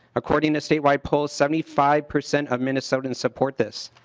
according to statewide polls seventy five percent of minnesotans support this.